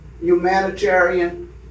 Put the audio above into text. humanitarian